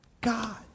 God